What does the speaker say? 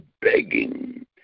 begging